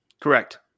Correct